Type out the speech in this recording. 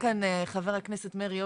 חבר הכנסת מרעי,